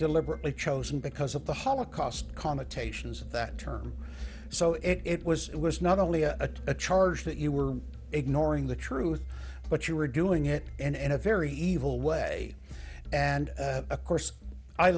deliberately chosen because of the holocaust connotations of that term so it was it was not only a charge that you were ignoring the truth but you were doing it and a very evil way and of course i